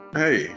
hey